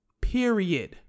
period